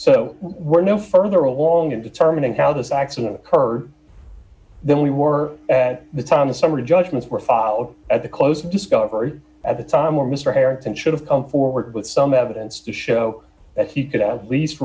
so we're no further along in determining how this accident occurred then we were at the time the summary judgment were filed at the close of discovery at the time when mr harrington should have come forward with some evidence to show that he could at least